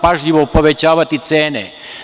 Pažljivo povećavati cene.